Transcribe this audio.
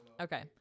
Okay